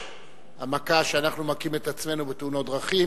המכה שאנחנו מכים את עצמנו בתאונות דרכים.